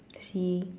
I see